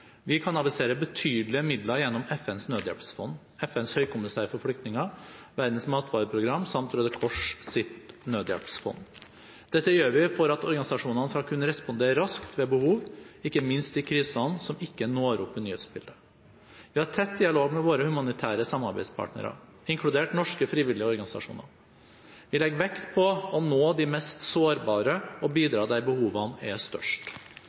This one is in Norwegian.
Vi kanaliserer betydelige midler gjennom FNs nødhjelpsfond, FNs høykommissær for flyktninger, Verdens matvareprogram samt Røde Kors’ nødhjelpsfond. Dette gjør vi for at organisasjonene skal kunne respondere raskt ved behov, ikke minst i krisene som ikke når opp i nyhetsbildet. Vi har tett dialog med våre humanitære samarbeidspartnere, inkludert norske frivillige organisasjoner. Vi legger vekt på å nå de mest sårbare og bidra der behovene er størst.